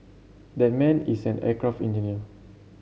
that man is an aircraft engineer